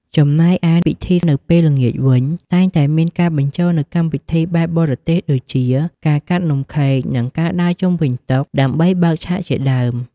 ចំណែកឯពិធីនៅពេលល្ងាចវិញ តែងតែមានការបញ្ចូលនូវកម្មវិធីបែបបរទេស ដូចជា ការកាត់នំខេក និងការដើរជុំវិញតុដើម្បីបើកឆាកជាដើម។